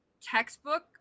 textbook